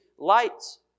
Lights